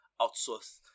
outsource